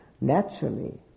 Naturally